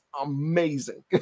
amazing